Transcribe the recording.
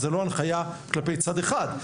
זה לא הנחייה כלפי צד אחד,